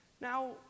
Now